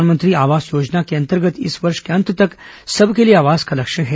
प्रधानमंत्री आवास योजना के अंतर्गत इस वर्ष के अंत तक सबके लिए आवास का लक्ष्य है